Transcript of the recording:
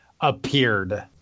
appeared